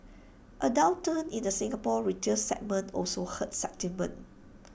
A downturn in the Singapore retail segment also hurt sentiment